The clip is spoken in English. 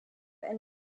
and